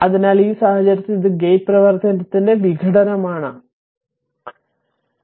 അതിനാൽ ഈ സാഹചര്യത്തിൽ ഇത് ഗേറ്റ് പ്രവർത്തനത്തിന്റെ വിഘടനമാണ് ഇതും ഇതും